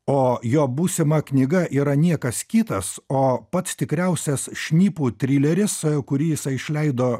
o jo būsima knyga yra niekas kitas o pats tikriausias šnipų trileris kurį jisai išleido